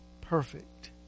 perfect